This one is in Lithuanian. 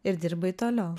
ir dirbai toliau